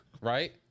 Right